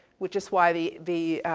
which is why the, the,